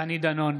דני דנון,